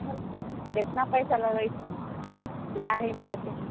केतना पैसा लगैत छै दाढ़ी बालके